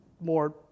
more